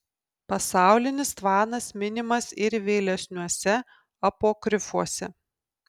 pasaulinis tvanas minimas ir vėlesniuose apokrifuose